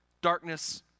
darkness